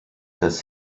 das